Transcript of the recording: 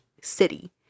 city